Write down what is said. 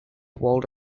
waldo